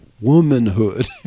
womanhood